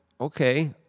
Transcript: okay